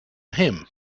him